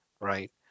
right